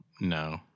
No